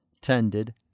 tended